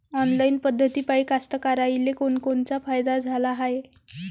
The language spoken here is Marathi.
ऑनलाईन पद्धतीपायी कास्तकाराइले कोनकोनचा फायदा झाला हाये?